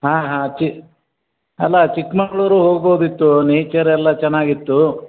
ಹಾಂ ಹಾಂ ಚಿ ಅಲ್ಲಾ ಚಿಕ್ಕಮಗಳೂರು ಹೋಗ್ಬೋದಿತ್ತು ನೇಚರ್ ಎಲ್ಲ ಚೆನ್ನಾಗಿತ್ತು